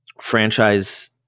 franchise